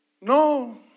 No